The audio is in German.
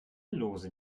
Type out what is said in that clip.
lose